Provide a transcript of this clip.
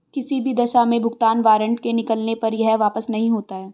किसी भी दशा में भुगतान वारन्ट के निकलने पर यह वापस नहीं होता है